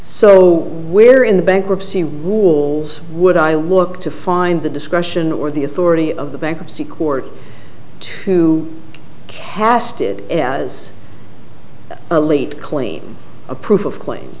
so where in the bankruptcy rules would i work to find the discussion or the authority of the bankruptcy court to cast it as a lead clean a proof of claim